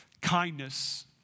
kindness